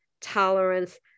tolerance